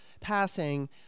passing